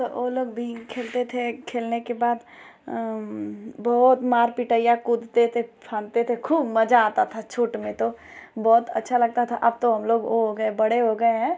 तो वह लोग भी खेलते थे खेलने के बाद बहुत मार पिटैया कूदते थे फाँदते थे खूब मज़ा आता था छोट में तो बहुत अच्छा लगता था अब तो हमलोग वह हो गए बड़े हो गए हैं